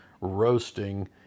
roasting